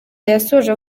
yasoje